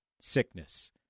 sickness